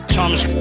Thomas